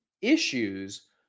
issues